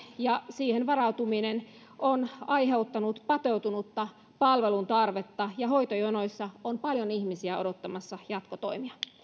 ja siihen varautuminen ovat aiheuttaneet patoutunutta palveluntarvetta ja hoitojonoissa on paljon ihmisiä odottamassa jatkotoimia